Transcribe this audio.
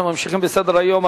אנחנו ממשיכים בסדר-היום.